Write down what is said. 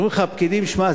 כשאומרים לך הפקידים: שמע,